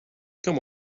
come